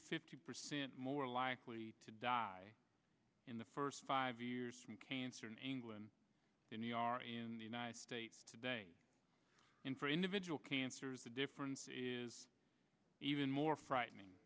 fifty percent more likely to die in the first five years from cancer in england any are in the united states today in for individual cancers the difference is even more frightening